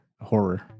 horror